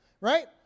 Right